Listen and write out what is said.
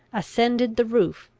ascended the roof,